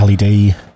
led